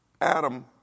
Adam